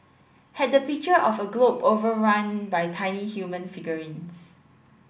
had the picture of a globe overrun by tiny human figurines